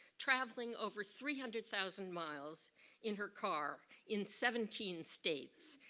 traveling over three hundred thousand miles in her car in seventeen states.